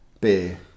beer